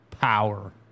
power